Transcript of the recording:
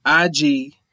IG